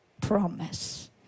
promise